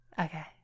Okay